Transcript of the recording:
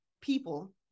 people